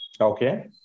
okay